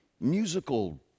musical